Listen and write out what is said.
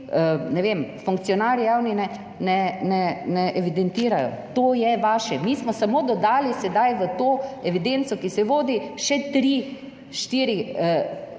ne vem, javni funkcionarji ne evidentirajo. To je vaše. Mi smo samo dodali sedaj v to evidenco, ki se vodi, še tri, štiri